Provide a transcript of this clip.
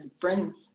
friends